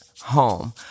home